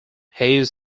hays